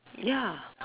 ya